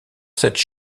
cette